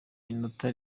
inota